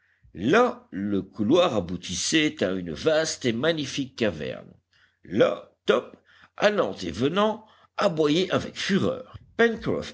là le couloir aboutissait à une vaste et magnifique caverne là top allant et venant aboyait avec fureur